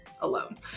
alone